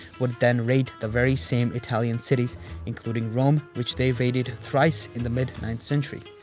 would then raid the very same italian cities including rome which they raided thrice in the mid-ninth century.